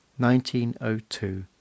1902